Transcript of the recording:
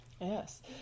Yes